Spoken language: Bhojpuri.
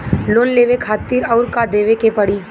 लोन लेवे खातिर अउर का देवे के पड़ी?